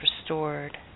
restored